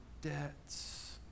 debts